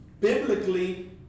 Biblically